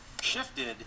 shifted